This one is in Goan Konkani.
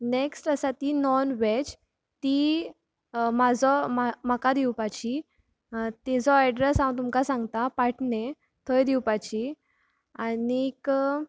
नॅक्ट आसा ती नॉन व्हेज ती म्हाजो म्हाका दिवपाची तिजो ऍड्रेस हांव तुमकां सांगतां पाटणे थंय दिवपाची आनीक